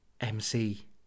MC